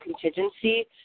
contingency